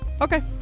okay